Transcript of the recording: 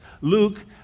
Luke